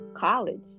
College